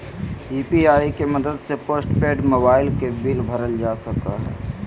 UPI के मदद से पोस्टपेड मोबाइल के बिल भरल जा सको हय